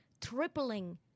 tripling